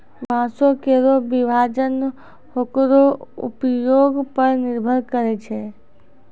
बांसों केरो विभाजन ओकरो उपयोग पर निर्भर करै छै